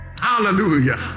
Hallelujah